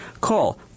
Call